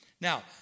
Now